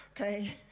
Okay